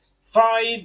Five